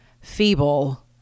feeble